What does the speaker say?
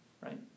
Right